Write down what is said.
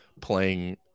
playing